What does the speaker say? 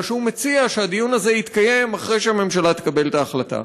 אלא שהוא מציע שהדיון הזה יתקיים אחרי שהממשלה תקבל את ההחלטה.